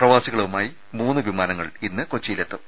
പ്രവാസികളുമായി മൂന്ന് വിമാനങ്ങൾ ഇന്ന് കൊച്ചിയിലെത്തും